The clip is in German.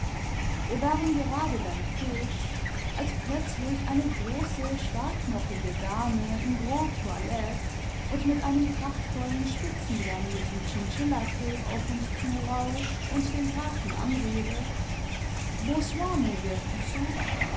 wir waren gerade beim fisch als plötzlich eine große starkknochige dame in grande toilette imd mit einem prachtvollen spitzengamierten chinchillacape auf uns zurauscht und den grafen anredet